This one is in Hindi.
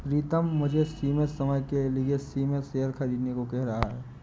प्रितम मुझे सीमित समय के लिए सीमित शेयर खरीदने को कह रहा हैं